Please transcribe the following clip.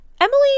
Emily